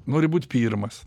nori būt pirmas